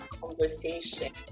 conversation